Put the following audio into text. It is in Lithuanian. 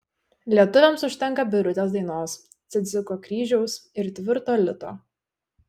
lietuviams užtenka birutės dainos cidziko kryžiaus ir tvirto lito